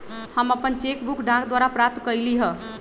हम अपन cheque book डाक द्वारा प्राप्त कईली ह